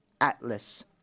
Atlas